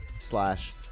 slash